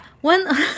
one